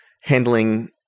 handling